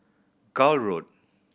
Gul Road